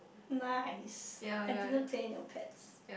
nice I didn't play Neopets